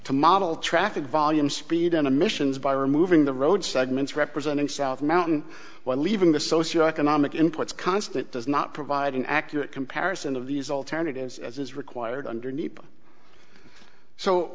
to model traffic volume speed on a missions by removing the road segments representing south mountain while leaving the socio economic inputs constant does not provide an accurate comparison of these alternatives as is required underneath so